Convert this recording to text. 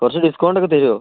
കുറച്ചു ഡിസ്കൌണ്ട് ഒക്കെ തരുമോ